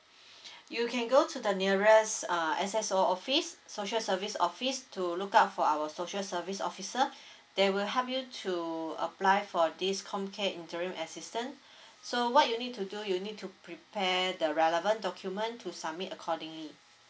you can go to the nearest uh S_S_O office social service office to look out for our social service officer they will help you to apply for this com care interim assistant so what you need to do you need to prepare the relevant document to submit accordingly